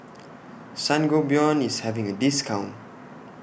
Sangobion IS having A discount